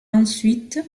ensuite